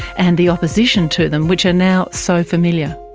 and the opposition to them which are now so familiar.